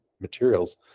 materials